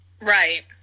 Right